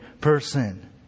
person